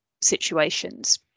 situations